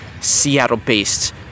Seattle-based